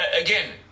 again